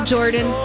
Jordan